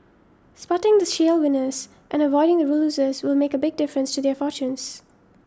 spotting the shale winners and avoiding the losers will make a big difference to their fortunes